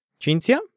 Cinzia